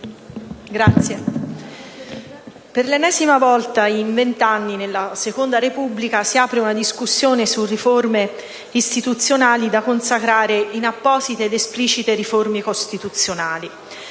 per l'ennesima volta in vent'anni nella Seconda Repubblica si apre una discussione su riforme istituzionali da consacrare in apposite ed esplicite riforme costituzionali.